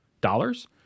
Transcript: dollars